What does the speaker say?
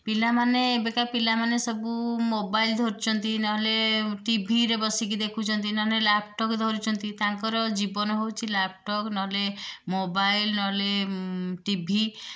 ପିଲାମାନେ ଏବେ କା ପିଲାମାନେ ସବୁ ମୋବାଇଲ୍ ଧରୁଛନ୍ତି ନହେଲେ ଟିଭିରେ ବସିକି ଦେଖୁଛନ୍ତି ନହେଲେ ଲ୍ୟାପଟପ୍ ଧରୁଛନ୍ତି ତାଙ୍କର ଜୀବନ ହେଛିଚି ଲ୍ୟାପଟପ୍ ନହେଲେ ମୋବାଇଲ୍ ନହେଲେ ଟିଭି